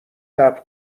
صبر